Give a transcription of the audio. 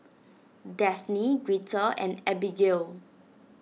Dafne Greta and Abigail